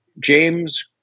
James